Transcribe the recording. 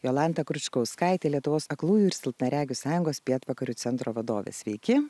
jolanta kručkauskaite lietuvos aklųjų ir silpnaregių sąjungos pietvakarių centro vadovais sveiki